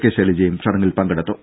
K ശൈലജയും ചടങ്ങിൽ പങ്കെടുത്തു